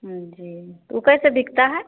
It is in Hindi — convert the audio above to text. जी तो वो कैसे बिकता है